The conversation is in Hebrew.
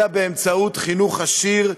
אלא באמצעות חינוך עשיר,